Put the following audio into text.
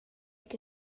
che